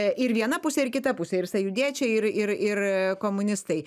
ir viena pusė ir kita pusė ir sąjūdiečiai ir ir ir komunistai